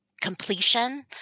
completion